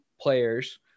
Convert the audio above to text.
players